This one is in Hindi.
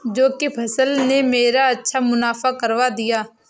जौ की फसल ने मेरा अच्छा मुनाफा करवा दिया